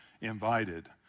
invited